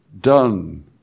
done